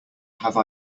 have